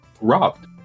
robbed